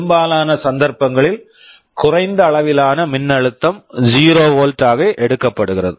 பெரும்பாலான சந்தர்ப்பங்களில் குறைந்த அளவிலான மின்னழுத்தம் ஜீரோ 0 வோல்ட் volt ஆக எடுக்கப்படுகிறது